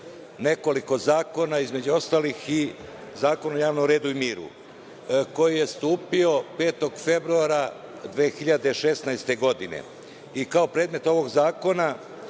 nekoliko zakona, između ostalih i Zakon o javnom redu i miru, koji je stupio 5. februara 2016. godine. Kao predmet ovog zakona